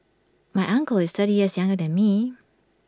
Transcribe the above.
my uncle is thirty years younger than me